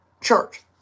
church